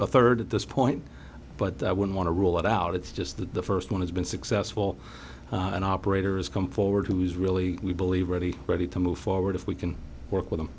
a third at this point but i wouldn't want to rule it out it's just that the first one has been successful and operators come forward who's really we believe ready ready to move forward if we can work with